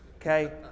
okay